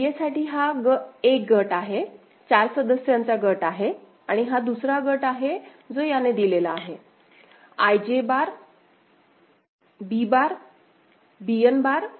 DA साठी हा एक गट आहे 4 सदस्यांचा गट आहे आणि हा दुसरा गट आहे जो याने दिलेला आहे I J bar B bar Bn bar An bar